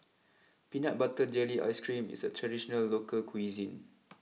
Peanut Butter Jelly Ice cream is a traditional local cuisine